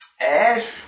Ash